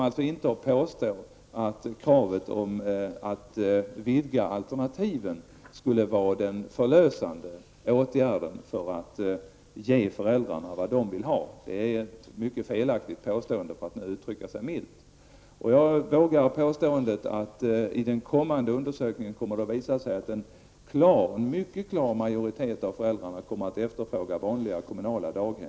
Påstå därför inte att kravet på en vidgning av alternativen skulle vara en förlösande åtgärd när det gäller att ge föräldrarna vad de vill ha! Det är, milt uttryckt, ett mycket felaktigt påstående. Jag vågar påstå att den kommande undersökningen kommer att visa på att en mycket klar majoritet av föräldrarna efterfrågar vanliga kommunala daghem.